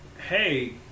hey